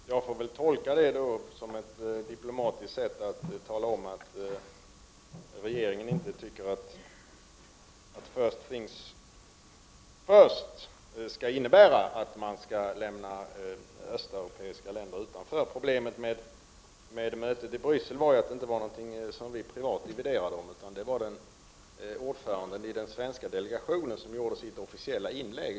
Fru talman! Jag får väl tolka det som ett diplomatiskt sätt att tala om att regeringen inte tycker att ”first things first” skall innebära att man skall lämna östeuropeiska länder utanför. Problemet i Bryssel var inte någonting som vi privat dividerade om, utan det var ordföranden i den svenska delegationen som gjorde sitt officiella inlägg.